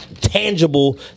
tangible